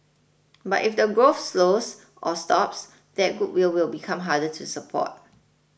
but if the growth slows or stops that goodwill will become harder to support